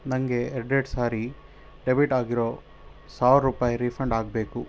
ನನಗೆ ಎರ್ಡೆರಡು ಸಾರಿ ಡೆಬಿಟ್ ಆಗಿರೋ ಸಾವ್ರ ರೂಪಾಯಿ ರೀಫಂಡ್ ಆಗಬೇಕು